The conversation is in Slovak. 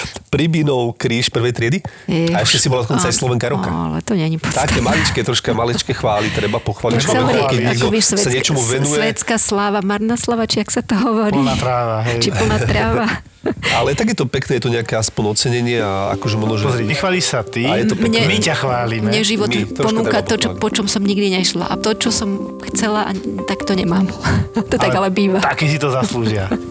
Pribinov kríž prvej triedy. Ech, A ešte si bola dokonca aj a- Slovenka roka. ale to není Také podstatné. maličké, troška maličké chvály treba pochváliť Chvály, človeka, keď ako niekto vieš, sa svetské- niečomu venuje. svetská sláva, marná sláva, či jak sa to hovorí? Poľná tráva, hej. Či poľná tráva? Ale tak je to pekné, je to nejaké aspoň ocenenie a akože možno, že- Pozri, nechváliš sa ty, A je to pekné. Mne- my ťa chválime. mne život My, troška ponúka treba to, čo- pochváliť. po čom som nikdy nešla a to, čo som chcela a n- tak to nemám. To tak Ale ale býva. taky si to zaslúžia.